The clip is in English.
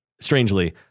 strangely